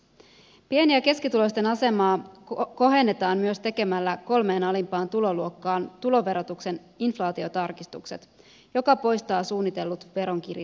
pieni ja keskituloisten asemaa kohennetaan myös tekemällä kolmeen alimpaan tuloluokkaan tuloverotuksen inflaatiotarkistukset mikä poistaa suunnitellut veronkiristykset